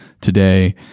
today